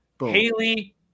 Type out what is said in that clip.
Haley